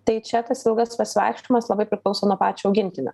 tai čia tas ilgas pasivaikščiojimas labai priklauso nuo pačio augintinio